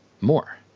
more